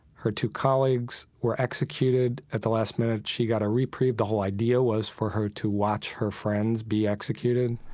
her two colleagues were executed at the last minute she got a reprieve. the whole idea was for her to watch her friends be executed.